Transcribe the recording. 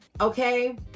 Okay